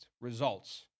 results